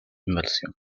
inversión